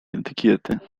etykiety